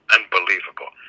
Unbelievable